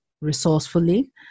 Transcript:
resourcefully